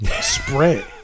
spray